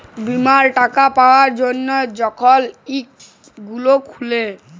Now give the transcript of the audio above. বীমার টাকা পাবার জ্যনহে যখল ইক একাউল্ট খুলে